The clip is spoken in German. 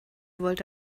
wollte